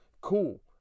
Cool